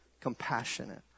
compassionate